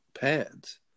pads